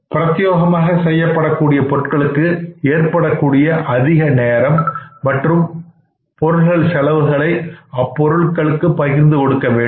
பிரத்யோகமாக செய்யப்படக்கூடிய பொருட்களுக்கு ஏற்படக்கூடிய அதிக நேரம் மற்றும் பொருட்கள் செலவுகளை அப்பொருளுக்கு பகிர்ந்தளித்து கொடுக்கவேண்டும்